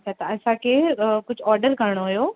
अच्छा तव्हां अच्छा केरु कुझु ऑर्डर करिणो हुयो